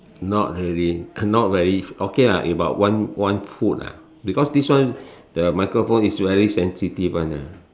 not really not very okay lah it about one one foot ah because this one the microphone is very sensitive one ah